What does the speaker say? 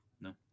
No